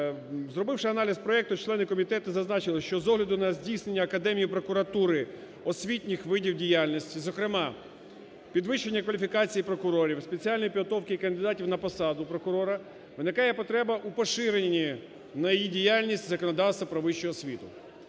Зробивши аналіз проекту, члени комітету зазначили, що з огляду на здійснення академії прокуратури освітніх видів діяльності, зокрема, підвищення кваліфікації прокурорів, спеціальної підготовки кандидатів на посаду прокурора, виникає потреба у поширенні на її діяльність законодавство про вищу освіту.